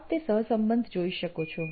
આપ તે સહસંબંધ જોઈ શકો છો